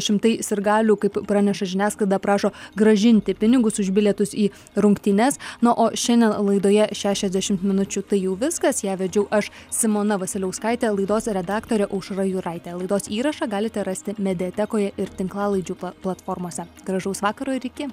šimtai sirgalių kaip praneša žiniasklaida prašo grąžinti pinigus už bilietus į rungtynes nu o šiandien laidoje šešiasdešimt minučių tai jau viskas ją vedžiau aš simona vasiliauskaitė laidos redaktorė aušra juraitė laidos įrašą galite rasti mediatekoje ir tinklalaidžių platformose gražaus vakaro ir iki